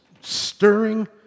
stirring